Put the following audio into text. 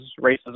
racism